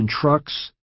trucks